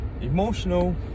emotional